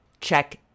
check